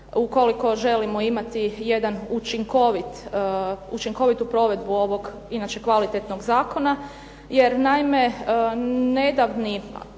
ukoliko želimo imati jedan učinkovit, učinkovitu provedbu ovog inače kvalitetnog zakona jer naime nedavni,